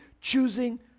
choosing